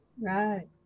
Right